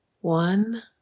one